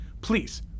Please